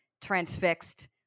transfixed